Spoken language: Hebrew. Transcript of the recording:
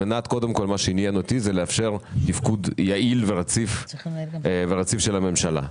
קודם כול מה שעניין אותי זה לאפשר תפקוד יעיל ורציף של הממשלה.